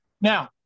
Now